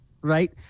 right